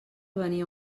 venia